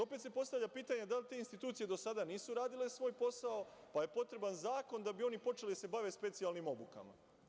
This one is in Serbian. Opet se postavlja pitanje da li te institucije do sada nisu radile svoj posao, pa je potreban zakon da bi oni počeli da se bave specijalnim obukama?